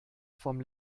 vom